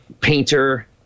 painter